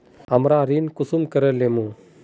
हमरा ऋण कुंसम करे लेमु?